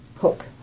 hook